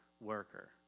worker